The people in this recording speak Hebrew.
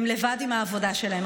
הן לבד עם העבודה שלהן.